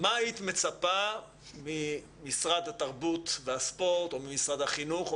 מה בעצם היית מצפה ממשרד התרבות והספורט או ממשרד החינוך או